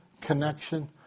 connection